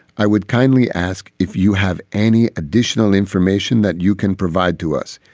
i would kindly ask if you have any additional information that you can provide to us.